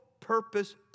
purpose